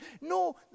no